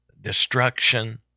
destruction